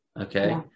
Okay